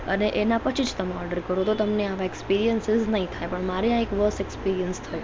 અને એના પછી જ તમે ઓર્ડર કરો તો તમને આવા એક્સપિરિયન્સીસ નહીં થાય પણ મારે આ એક વર્સ્ટ એક્સપિરિયન્સ થયું હતું